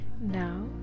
Now